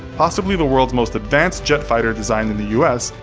possibly the world's most advanced jet fighter designed in the us,